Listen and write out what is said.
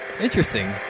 Interesting